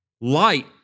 Light